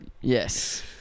Yes